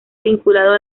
vinculado